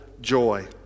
joy